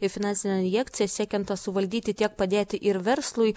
ir finansinę injekciją siekiant na suvaldyti tiek padėti ir verslui